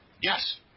Yes